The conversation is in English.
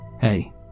Hey